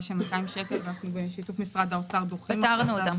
של איזה 200 שקל ואנחנו בשיתוף משרד האוצר פטרנו אותם.